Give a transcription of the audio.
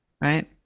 right